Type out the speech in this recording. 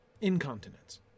incontinence